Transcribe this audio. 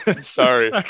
Sorry